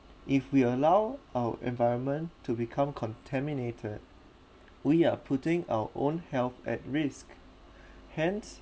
if we allow our environment to become contaminated we are putting our own health at risk hence